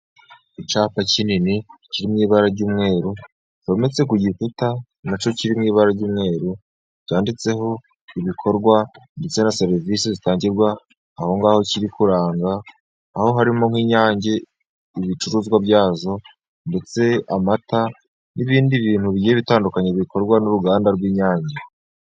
Icyapa kinini kiririmo ibara ry'umweru zometse ku gikuta nacyo kiri mu ibara ry'umweru cyanditseho ibikorwa ndetse na serivisi zitangirwa ahongaho kiri kuranga aho harimo nk'inyange ibicuruzwa byazo ndetse amata n'ibindi bintu bigiye bitandukanye bikorwa n'uruganda rw'Inyange.